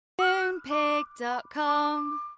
Moonpig.com